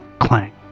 Clang